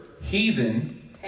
heathen